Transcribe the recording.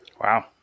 Wow